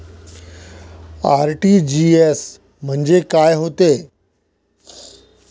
RTGS म्हंजे काय होते?